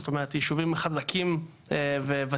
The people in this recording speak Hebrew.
זאת אומרת יישובים חזקים וותיקים,